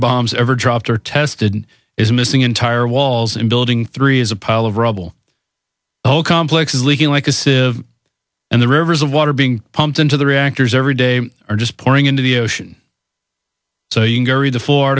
bombs ever dropped or tested is missing entire walls and building three is a pile of rubble whole complex is leaking like a sieve and the rivers of water being pumped into the reactors every day are just pouring into the ocean so you bury the floor